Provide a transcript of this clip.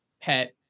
pet